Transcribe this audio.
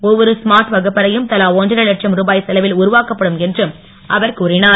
ஒவ்வொரு ஸ்மார்ட் வகுப்பறையும் தலா ஒன்றரை லட்சம் ருபாய் செலவில் உருவாக்கப்படும் என்றும் அவர் கூறினார்